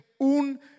un